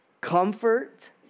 comfort